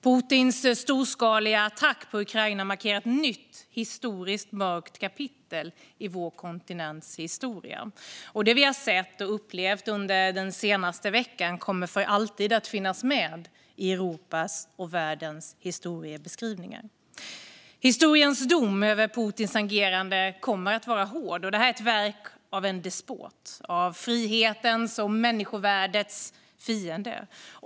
Putins storskaliga attack på Ukraina markerar ett nytt och historiskt mörkt kapitel i vår kontinents historia. Det vi har sett och upplevt under den senaste veckan kommer för alltid att finnas med i Europas och världens historiebeskrivningar. Historiens dom över Putins agerande kommer att vara hård. Det här är ett verk av en despot - av frihetens och människovärdets fiende.